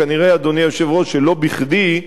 כנראה, אדוני היושב-ראש, שלא בכדי,